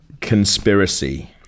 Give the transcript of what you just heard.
Conspiracy